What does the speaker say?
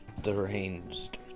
deranged